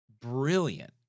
brilliant